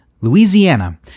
Louisiana